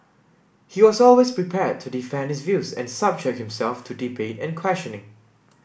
he was always prepared to defend his views and subject himself to debate and questioning